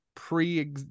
pre